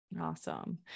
Awesome